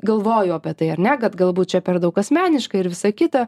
galvoju apie tai ar ne kad galbūt čia per daug asmeniška ir visa kita